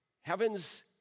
Heavens